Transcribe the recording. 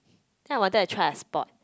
then I wanted to try a sport